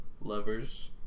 lovers